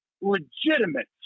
legitimate